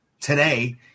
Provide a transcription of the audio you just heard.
Today